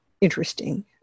interesting